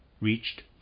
reached